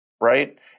right